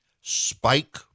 spike